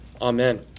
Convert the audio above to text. Amen